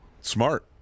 Smart